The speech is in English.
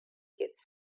gets